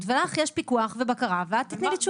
ולך יש פיקוח ובקרה ואת תתני לי תשובות.